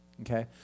okay